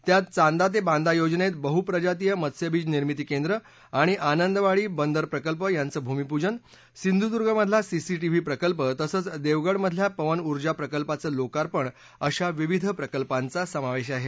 त्यात चांदा ते बांदा योजनेत बहुप्रजातीय मत्स्यबीज निर्मिती केंद्र आणि आनंदवाडी बंदर प्रकल्प यांचं भूमीपूजन सिंधुदुर्गमधला सीसी व्ही प्रकल्प तसंच देवगडमधल्या पवन ऊर्जा प्रकल्पाचं लोकार्पण अशा विविध प्रकल्पांचा समावेश आहे